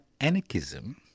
anarchism